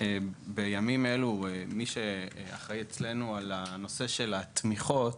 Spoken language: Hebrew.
בימים אלו, מי שאחראי על נושא התמיכות